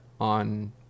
on